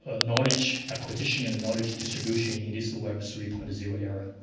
ah knowledge acquisition and knowledge distribution in this web three point zero era.